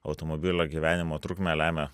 automobilio gyvenimo trukmę lemia